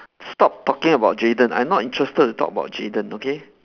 stop talking about jayden I'm not interested to talk about jayden okay